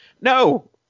No